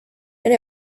and